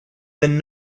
been